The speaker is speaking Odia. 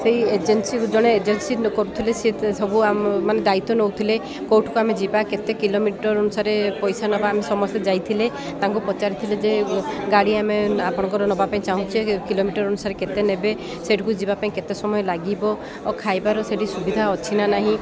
ସେଇ ଏଜେନ୍ସି ଜଣେ ଏଜେନ୍ସି କରୁଥିଲେ ସେ ସବୁ ମାନେ ଦାୟିତ୍ୱ ନେଉଥିଲେ କୋଉଠିକୁ ଆମେ ଯିବା କେତେ କିଲୋମିଟର ଅନୁସାରେ ପଇସା ନେବା ଆମେ ସମସ୍ତେ ଯାଇଥିଲେ ତାଙ୍କୁ ପଚାରିଥିଲେ ଯେ ଗାଡ଼ି ଆମେ ଆପଣଙ୍କର ନେବା ପାଇଁ ଚାହୁଁଛେ କିଲୋମିଟର ଅନୁସାରେ କେତେ ନେବେ ସେଇଠିକୁ ଯିବା ପାଇଁ କେତେ ସମୟ ଲାଗିବ ଆଉ ଖାଇବାର ସେଠି ସୁବିଧା ଅଛି ନା ନାହିଁ